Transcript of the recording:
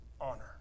honor